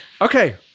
Okay